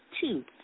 Two